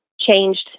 changed